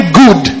good